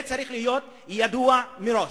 זה צריך להיות ידוע מראש.